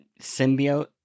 symbiote